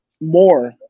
more